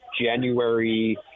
January